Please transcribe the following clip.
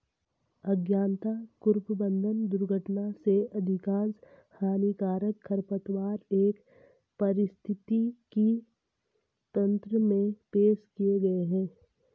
अज्ञानता, कुप्रबंधन, दुर्घटना से अधिकांश हानिकारक खरपतवार एक पारिस्थितिकी तंत्र में पेश किए गए हैं